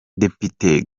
depite